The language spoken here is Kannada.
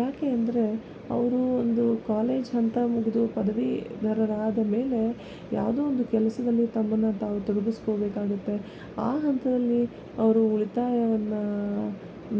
ಯಾಕೆ ಅಂದರೆ ಅವರು ಒಂದು ಕಾಲೇಜ್ ಹಂತ ಮುಗಿದು ಪದವೀಧರರಾದ ಮೇಲೆ ಯಾವುದೋ ಒಂದು ಕೆಲಸದಲ್ಲಿ ತಮ್ಮನ್ನು ತಾವು ತೊಡಗಿಸ್ಕೊಬೇಕಾಗತ್ತೆ ಆ ಹಂತದಲ್ಲಿ ಅವರು ಉಳಿತಾಯವನ್ನು